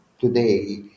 today